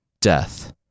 Death